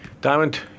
Diamond